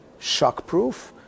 shockproof